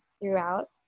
throughout